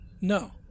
No